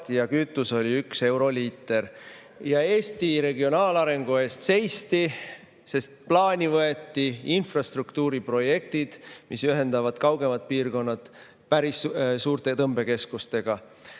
ja kütus oli üks euro liiter ja Eesti regionaalarengu eest seisti, sest plaani võeti infrastruktuuriprojektid, mis ühendavad kaugemad piirkonnad päris suurte tõmbekeskustega.